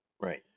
Right